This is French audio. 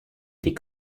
les